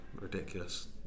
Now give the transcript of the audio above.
ridiculous